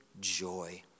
joy